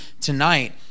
tonight